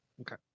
Okay